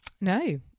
No